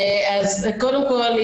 קודם כול,